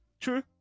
true